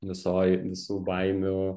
visoj visų baimių